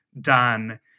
done